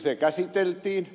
se käsiteltiin